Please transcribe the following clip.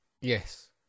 Yes